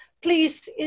please